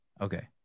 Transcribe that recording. okay